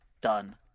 Done